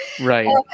Right